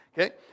Okay